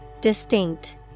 Distinct